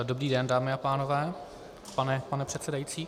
Dobrý den, dámy a pánové, pane předsedající.